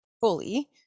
fully